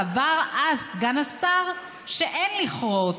סבר אז סגן השר שאין לכרות